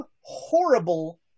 horrible